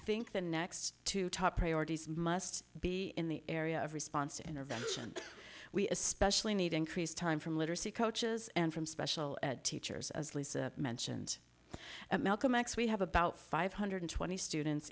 think the next two top priorities must be in the area of response to intervention we especially need increased time from literacy coaches and from special ed teachers i mentioned malcolm x we have about five hundred twenty students